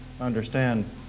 understand